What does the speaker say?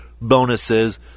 bonuses